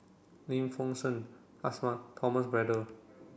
Lim Feng Shen Thomas Braddell